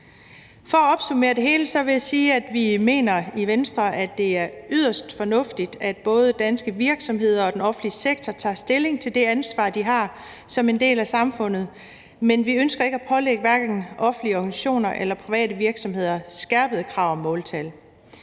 For at opsummere det hele vil jeg sige, at vi i Venstre mener, at det er yderst fornuftigt, at både danske virksomheder og den offentlige sektor tager stilling til det ansvar, de har som en del af samfundet, men vi ønsker ikke at pålægge offentlige organisationer eller private virksomheder skærpede krav om måltal.